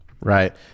Right